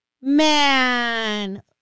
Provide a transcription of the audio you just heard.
Man